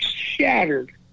shattered